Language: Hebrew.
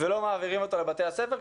ולא מעבירים אותו לבתי הספר.